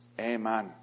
Amen